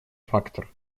фактор